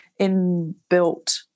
inbuilt